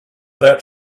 that